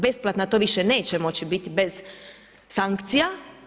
Besplatna to više neće moći biti bez sankcija.